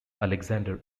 alexander